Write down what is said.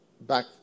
Back